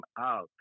out